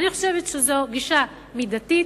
אני חושבת שזו גישה מידתית,